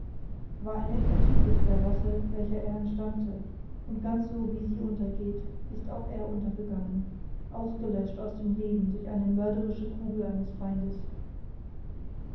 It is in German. war ein echter typus der rasse welcher er entstammte und ganz so wie sie untergeht ist auch er untergegangen ausgelöscht aus dem leben durch die mörderische kugel eines feindes